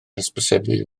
hysbysebu